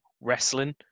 wrestling